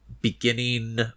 beginning